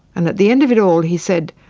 and at the end of it all he said,